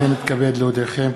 הנני מתכבד להודיעכם,